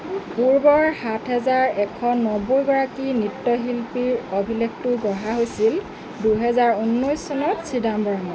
পূৰ্বৰ সাত হাজাৰ এশ নব্বৈগৰাকী নৃত্যশিল্পীৰ অভিলেখটো গঢ়া হৈছিল দুহাজাৰ ঊনৈছ চনত চিদাম্বৰমত